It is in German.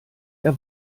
der